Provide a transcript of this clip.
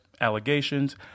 allegations